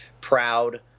proud